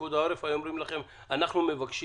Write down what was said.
פיקוד העורף היו אומרים לכם: אנחנו מבקשים